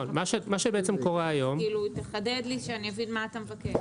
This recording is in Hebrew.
תחדד מה שאתה אומר, כדי שאני אבין מה אתה מבקש.